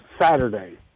Saturday